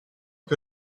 que